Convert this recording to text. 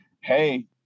Hey